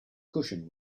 cushion